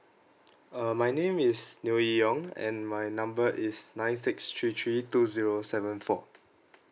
uh my name is neoh yee yong and my number is nine six three three two zero seven four